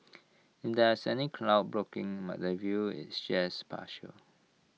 if there were any cloud blocking the view IT just partial